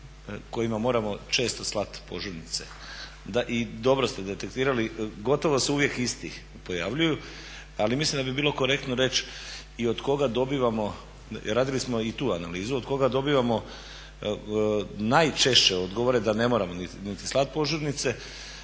kojima moramo često slati požurnice. I dobro ste detektirali gotovo se uvijek isti pojavljuju. Ali mislim da bi bilo korektno reći i od koga dobivamo, radili smo i tu analizu, od koga dobivamo najčešće odgovore da ne moramo niti slati požurnice,